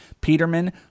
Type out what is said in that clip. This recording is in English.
Peterman